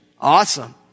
Awesome